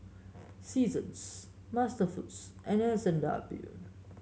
Seasons MasterFoods and S and W